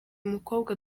umukobwa